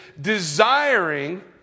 desiring